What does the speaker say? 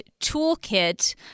toolkit